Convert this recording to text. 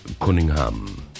Cunningham